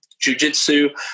jujitsu